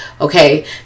Okay